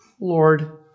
Lord